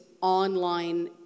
online